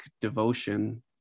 devotion